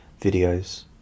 videos